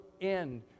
end